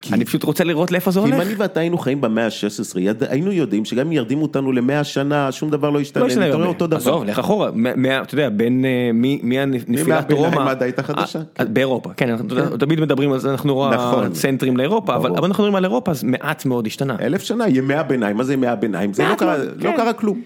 אני פשוט רוצה לראות איפה זה הולך. כי אם אני ואתה היינו חיים במאה ה-16 היינו יודעים שגם אם ירדימו אותנו למאה שנה שום דבר לא ישתנה נתראה אותו דבר. עזוב לך אחורה אתה יודע בין מי הנפילה טרומה באירופה כן אנחנו תמיד מדברים על זה אנחנו צנטרים לאירופה אבל אנחנו מדברים על אירופה אז מעט מאוד השתנה. אלף שנה ימי הביניים מה זה ימי הביניים זה לא קרה כלום.